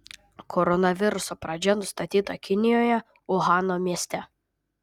koronaviruso pradžia nustatyta kinijoje uhano mieste